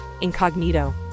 Incognito